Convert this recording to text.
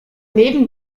neben